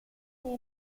mia